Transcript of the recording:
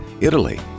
Italy